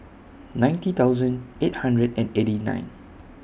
ninety thousand eight hundred and eighty nine